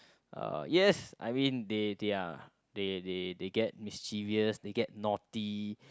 uh yes I mean they they're they they they get mischievous they get naughty